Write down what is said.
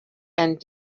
and